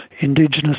Indigenous